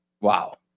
Wow